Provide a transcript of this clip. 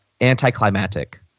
anticlimactic